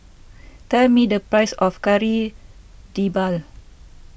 tell me the price of Kari Debal